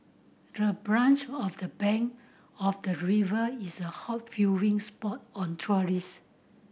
the branch of the bank of the river is a hot viewing spot on tourist